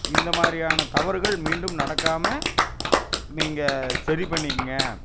இந்த மாதிரியான தவறுகள் மீண்டும் நடக்காமல் நீங்கள் சரி பண்ணிக்கோங்க